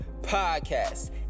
podcast